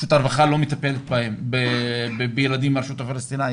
שוטר בכלל לא מטפל בילדים מהרשות הפלסטינית.